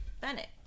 Bennett